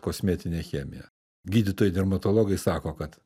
kosmetinė chemija gydytojai dermatologai sako kad